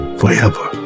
forever